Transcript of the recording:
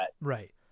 Right